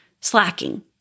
slacking